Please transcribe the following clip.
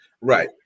Right